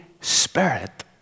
Spirit